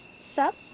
Sup